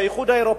באיחוד האירופי.